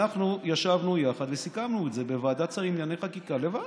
אנחנו ישבנו יחד וסיכמנו את זה בוועדת שרים לענייני חקיקה לבד.